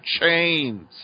chains